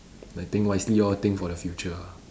like think wisely lor think for the future